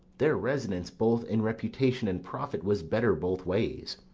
their residence, both in reputation and profit, was better both ways.